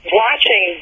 watching